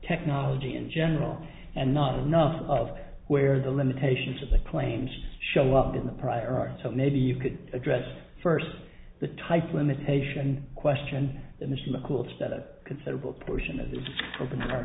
technology in general and not enough of where the limitations of the claims show up in the prior art so maybe you could address first the type limitation question the machine the coolest at a considerable portion